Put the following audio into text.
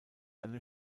eine